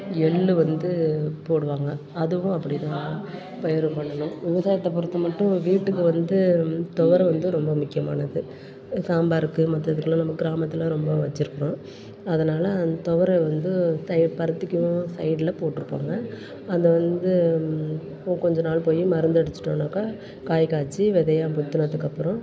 எள்ளு வந்து போடுவாங்க அதுவும் அப்படி தான் பயிறு போடணும் விவசாயத்தை பொறுத்த மட்டும் வீட்டுக்கு வந்து துவர வந்து ரொம்ப முக்கியமானது சாம்பாருக்கு மத்ததுக்குலாம் நம்ம கிராமத்தில் ரொம்ப வச்சிருக்கிறோம் அதனால் அந்த துவர வந்து தை பருத்திக்கும் சைட்டில் போட்டுருப்பாங்க அதை வந்து போ கொஞ்சம் நாள் போய் மருந்து அடிச்சிட்டோனாக்கா காய் காய்ச்சி விதையா முத்தினதுக்கப்பறோம்